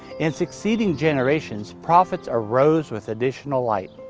in succeeding generations, prophets arose with additional light.